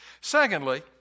Secondly